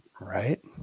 Right